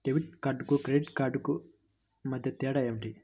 Debit కార్డుకు credit credit కార్డుకు మధ్య తేడా ఏమిటీ?